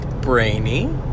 brainy